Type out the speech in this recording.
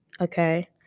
Okay